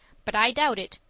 but i doubt it.